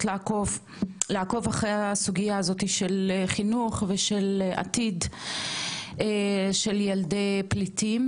לעקוב אחרי הסוגייה הזאתי של חינוך ושל עתיד של ילדי פליטים.